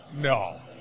No